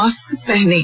mask पहनें